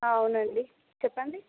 అవునండి చెప్పండి